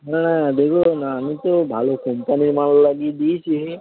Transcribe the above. হ্যাঁ দেখুন আমি তো ভালো কম্পানির মাল লাগিয়ে দিয়েছি